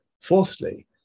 Fourthly